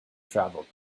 travelled